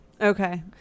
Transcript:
okay